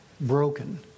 broken